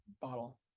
bottle